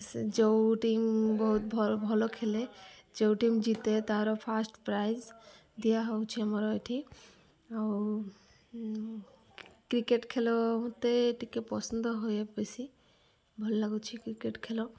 ସେ ଯେଉଁ ଟିମ୍ ବହୁତ ଭଲ ଖେଳେ ଯେଉଁ ଟିମ୍ ଜିତେ ତା'ର ଫାଷ୍ଟ ପ୍ରାଇଜ ଦିଆହେଉଛି ଆମର ଏଠି ଆଉ କ୍ରିକେଟ ଖେଳ ମୋତେ ଟିକେ ପସନ୍ଦ ହଏ ବେଶୀ ଭଲ ଲାଗୁଛି କ୍ରିକେଟ ଖେଳ